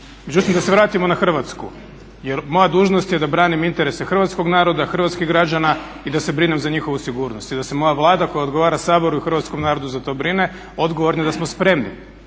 Međutim, da se vratimo na Hrvatsku, jer moja dužnost je da branim interese Hrvatskog naroda, hrvatskih građana i da se brinem za njihovu sigurnost i da se moja Vlada koja odgovara Saboru i hrvatskom narodu za to brine odgovorni da smo spremni.